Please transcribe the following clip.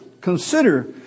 Consider